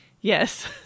yes